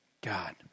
God